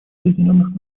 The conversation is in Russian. объединенных